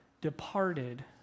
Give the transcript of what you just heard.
departed